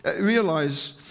Realize